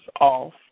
off